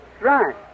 right